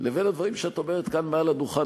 לבין הדברים שאת אומרת כאן מעל הדוכן.